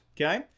okay